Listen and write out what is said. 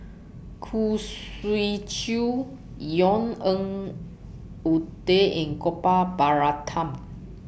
Khoo Swee Chiow Yvonne Ng Uhde and Gopal Baratham